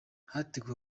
hateguwe